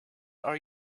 are